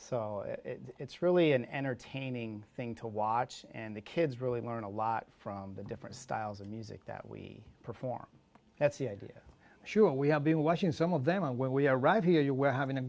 so it's really an entertaining thing to watch and the kids really learn a lot from the different styles of music that we perform that's the idea sure we have been watching some of them and when we arrive here you were having a